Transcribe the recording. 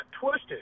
twisted